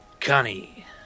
Connie